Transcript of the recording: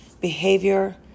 Behavior